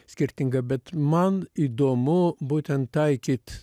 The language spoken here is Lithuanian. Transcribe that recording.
skirtingą bet man įdomu būtent taikyt